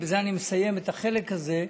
ובזה אני מסיים את החלק הזה: